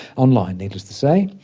online needless to say.